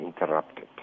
interrupted